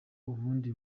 ubundi